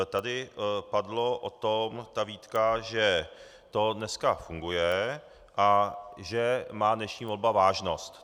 Tady padla výtka, že to dneska funguje a že má dnešní volba vážnost.